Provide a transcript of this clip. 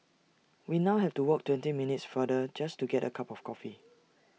we now have to walk twenty minutes farther just to get A cup of coffee